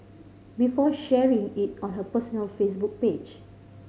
before sharing it on her personal Facebook page